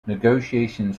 negotiations